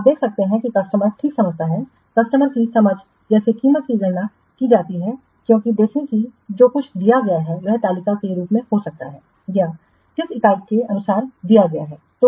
आप देख सकते हैं कि कस्टमर ठीक समझता है कस्टमर की समझ कैसे कीमत की गणना की जाती है क्योंकि देखें कि जो कुछ दिया गया है वह तालिका के रूप में हो सकता है या यह किस इकाई के अनुसार दिया गया है